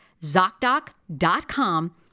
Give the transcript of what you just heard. ZocDoc.com